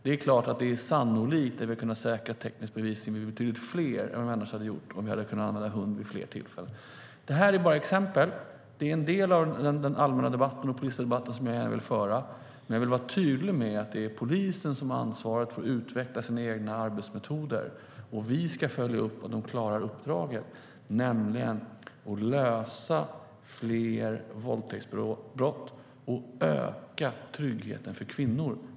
Det är klart att vi sannolikt hade kunnat säkra tekniska bevis i betydligt fler fall om vi hade kunnat använda hund vid fler tillfällen. Det här är bara exempel. Det är en del av den allmänna polisdebatten jag gärna vill föra. Jag vill dock vara tydlig med att det är polisen som har ansvaret för att utveckla sina egna arbetsmetoder. Vi ska följa upp om de klarar uppdraget, nämligen att lösa fler våldtäktsbrott och öka tryggheten för kvinnor.